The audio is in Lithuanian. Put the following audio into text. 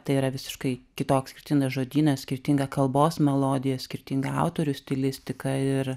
tai yra visiškai kitoks skirtingas žodynas skirtinga kalbos melodija skirtingų autorių stilistika ir